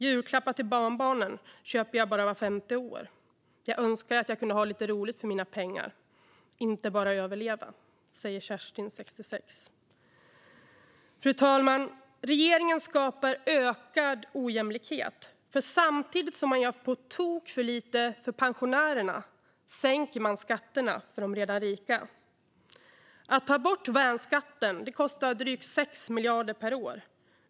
Julklappar till barnbarnen köper jag bara vart femte år. Jag önskar att jag kunde ha lite roligt för mina pengar, inte bara överleva, säger Kerstin, 66. Fru talman! Regeringen skapar ökad ojämlikhet. Samtidigt som man gör på tok för lite för pensionärerna sänker man nämligen skatterna för de redan rika. Att ta bort värnskatten kostar drygt 6 miljarder per år.